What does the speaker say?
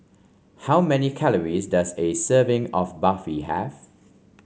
how many calories does a serving of Barfi have